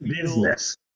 business